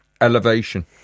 elevation